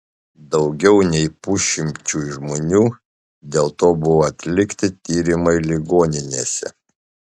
daugiau nei pusšimčiui žmonių dėl to buvo atlikti tyrimai ligoninėse